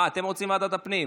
אה, אתם רוצים ועדת הפנים.